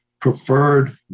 preferred